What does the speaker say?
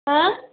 ऐं